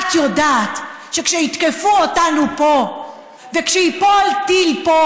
את יודעת שכשיתקפו אותנו פה וכשייפול טיל פה,